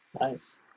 nice